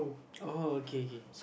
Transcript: uh okay K